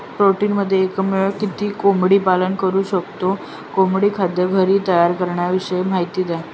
पोल्ट्रीमध्ये एकावेळी किती कोंबडी पालन करु शकतो? कोंबडी खाद्य घरी तयार करण्याविषयी माहिती द्या